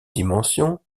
dimensions